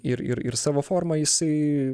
ir ir ir savo forma jisai